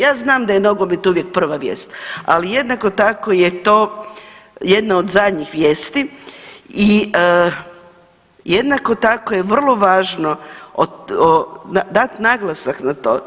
Ja znam da je nogomet uvijek prva vijest, ali jednako tako je to jedna od zadnjih vijesti i jednako tako je vrlo važno dat naglasak na to.